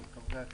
חברי הכנסת.